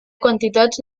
quantitats